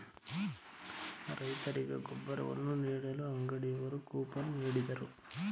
ರೈತರಿಗೆ ಗೊಬ್ಬರವನ್ನು ನೀಡಲು ಅಂಗಡಿಯವರು ಕೂಪನ್ ನೀಡಿದರು